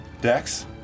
dex